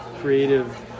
creative